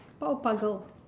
power puff girl